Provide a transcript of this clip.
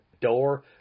door